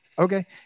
Okay